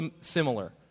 similar